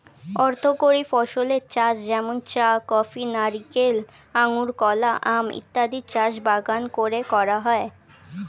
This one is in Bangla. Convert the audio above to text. অর্থকরী ফসলের চাষ যেমন চা, কফি, নারিকেল, আঙুর, কলা, আম ইত্যাদির চাষ বাগান করে করা হয়